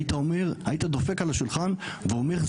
היית אומר היית דופק על השולחן ואומר,